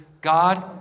God